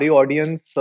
audience